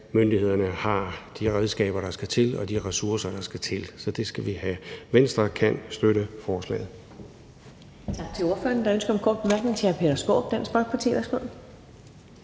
at myndighederne har de redskaber, der skal til, og de ressourcer, der skal til, så det skal vi have. Venstre kan støtte forslaget.